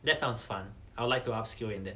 that sounds fun I would like to upskill in that